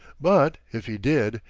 but, if he did,